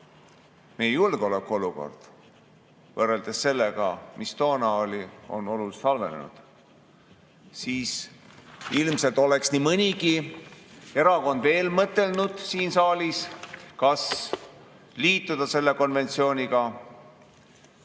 meie julgeolekuolukord on võrreldes sellega, mis toona oli, oluliselt halvenenud. Siis oleks nii mõnigi erakond ilmselt veel mõtelnud siin saalis, kas liituda selle konventsiooniga või